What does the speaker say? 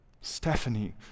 Stephanie